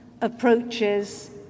approaches